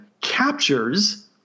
captures